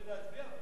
כמובן.